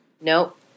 Nope